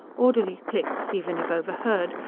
orderly clicks, even if overheard,